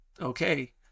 okay